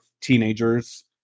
teenagers